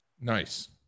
Nice